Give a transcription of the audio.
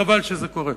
וחבל שזה קורה,